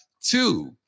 two